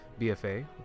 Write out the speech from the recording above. BFA